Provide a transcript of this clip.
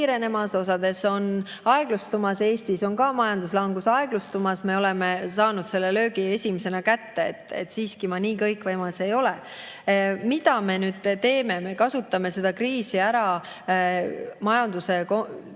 kiirenemas, mõnes on aeglustumas. Eestis on ka majanduslangus aeglustumas, me oleme saanud löögi esimesena kätte. Nii et ma siiski nii kõikvõimas ei ole. Mida me nüüd teeme? Me kasutame seda kriisi ära majanduse